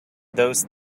those